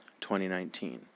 2019